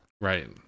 Right